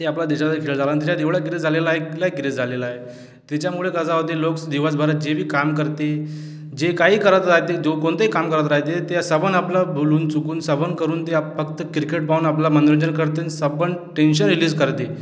ते आपल्या देशाचा खेळ झाला आणि त्याच्यात एवढा क्रेज झालेला आहे लय क्रेज झालेला आहे त्याच्यामुळे कसा होते लोक दिवसभरात जे बी काम करती जे काही करत राहते जो कोणताही काम करत राहते ते सबन आपला भुलून चुकून सबन करून ते फक्त क्रिकेट पाहून आपल्याला मनोरंजन करते अन सबन टेन्शन रिलीज करते